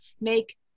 make